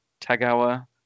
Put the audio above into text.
Tagawa